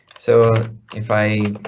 so if i